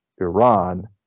Iran